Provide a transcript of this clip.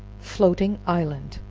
floating island.